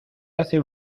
hace